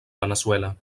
veneçuela